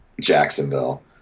jacksonville